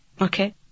Okay